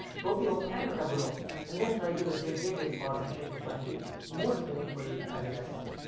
proteome and metabolome and then try to integrate the information to find the most meaningful data set.